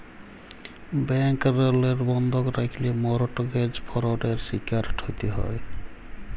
ব্যাংকেরলে বন্ধক রাখল্যে মরটগেজ ফরডের শিকারট হ্যতে হ্যয়